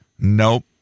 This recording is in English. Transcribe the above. Nope